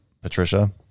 Patricia